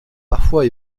parfois